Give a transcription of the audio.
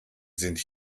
sind